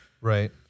Right